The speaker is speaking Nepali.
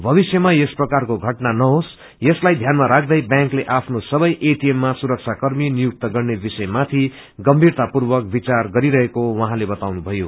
भविष्यमा यस प्रकारको घटना नहोस यसलाई ध्यानमा राख्दै व्यांकले आफ्नो सबै एटिएम मा सुरक्षा कर्मी नियुक्त गर्ने विषयमाथि गंमीरतापूर्वक विचार गरिरहेको उहाँले बताउनुभयो